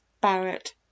Barrett